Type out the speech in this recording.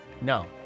No